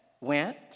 went